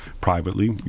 privately